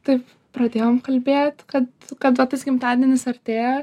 taip pradėjom kalbėt kad kad va tas gimtadienis artėja